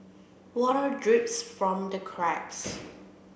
water drips from the cracks